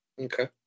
Okay